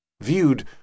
viewed